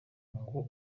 ngo